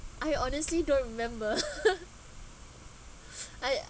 I honestly don't remember I